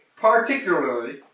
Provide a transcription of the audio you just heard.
particularly